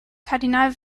kardinal